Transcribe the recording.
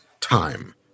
time